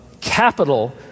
capital